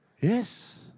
Yes